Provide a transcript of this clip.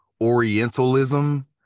orientalism